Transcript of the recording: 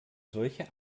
solche